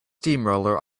steamroller